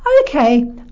Okay